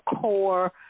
core